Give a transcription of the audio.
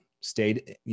stayed